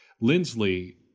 Lindsley